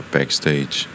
Backstage